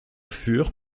fur